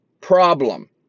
problem